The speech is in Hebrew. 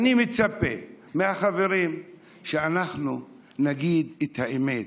אני מצפה מהחברים שאנחנו נגיד את האמת,